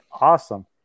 awesome